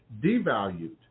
devalued